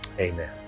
amen